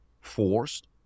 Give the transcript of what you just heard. forced